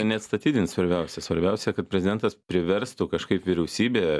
neatstatydint svarbiausia svarbiausia kad prezidentas priverstų kažkaip vyriausybė